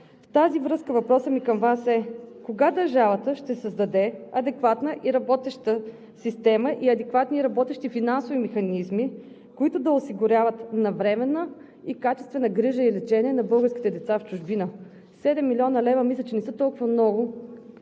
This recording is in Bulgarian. тази връзка въпросът ми към Вас е: кога държавата ще създаде адекватна и работеща система и адекватни и работещи финансови механизми, които да осигуряват навременна и качествена грижа и лечение на българските деца в чужбина? 7 млн. лв. мисля, че не са толкова много,